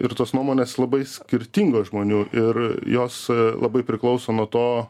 ir tos nuomonės labai skirtingos žmonių ir jos labai priklauso nuo to